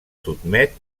sotmet